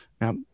Now